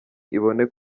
ibone